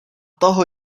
toho